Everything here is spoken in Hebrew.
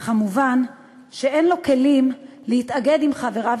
וכמובן אין לו כלים להתאגד עם חבריו